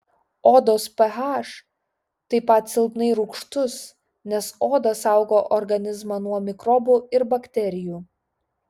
odos ph taip pat silpnai rūgštus nes oda saugo organizmą nuo mikrobų ir bakterijų